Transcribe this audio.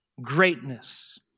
greatness